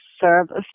service